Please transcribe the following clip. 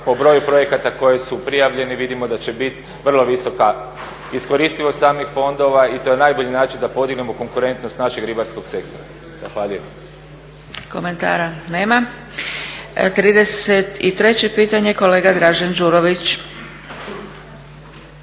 po broju projekata koji su prijavljeni vidimo da će biti vrlo visoka iskoristivost samih fondova i to je najbolji način da podignemo konkurentnost našeg ribarskog sektora. Zahvaljujem. **Zgrebec, Dragica (SDP)** Komentara nema. 33.pitanje kolega Dražen Đurović.